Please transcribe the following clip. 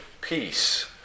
peace